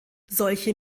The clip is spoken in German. solche